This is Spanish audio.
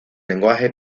lenguaje